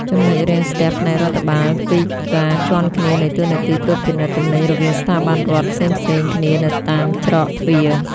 ចំណុចរាំងស្ទះផ្នែករដ្ឋបាល គឺការជាន់គ្នានៃតួនាទីត្រួតពិនិត្យទំនិញរវាងស្ថាប័នរដ្ឋផ្សេងៗគ្នានៅតាមច្រកទ្វារ។